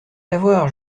l’avoir